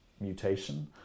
mutation